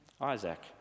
Isaac